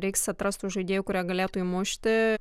reiks atrast tų žaidėjų kurie galėtų įmušti